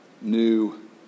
new